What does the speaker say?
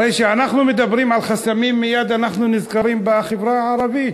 הרי כשאנחנו מדברים על חסמים מייד אנחנו נזכרים בחברה הערבית,